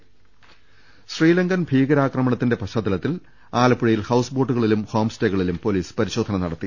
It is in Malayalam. രുട്ട്ട്ട്ട്ട്ട്ട്ട്ട ശ്രീലങ്കൻ ഭീകരാക്രമണത്തിന്റെ പശ്ചാത്തലത്തിൽ ആലപ്പുഴയിൽ ഹൌസ്ബോട്ടുകളിലും ഹോം സ്റ്റേകളിലും പൊലീസ് പരിശോധന നടത്തി